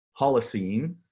Holocene